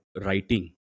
writing